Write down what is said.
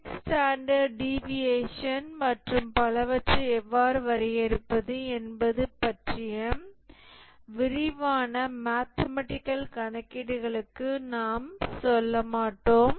six standard deviation மற்றும் பலவற்றை எவ்வாறு வரையறுப்பது என்பது பற்றிய விரிவான மேத்தமேட்டிக்கல் கணக்கீடுகளுக்கு நாம் செல்ல மாட்டோம்